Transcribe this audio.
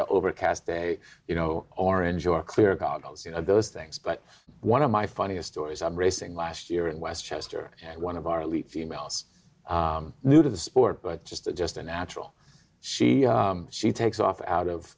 a overcast day you know orange or clear goggles you know those things but one of my funniest stories of racing last year in westchester and one of our lead females new to the sport but just a just a natural she she takes off out of